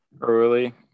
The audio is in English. early